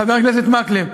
חבר הכנסת מקלב,